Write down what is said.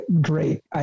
great